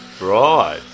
Right